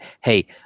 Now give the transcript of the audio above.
hey